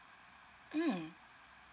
mm